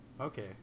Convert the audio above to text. Okay